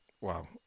Wow